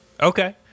Okay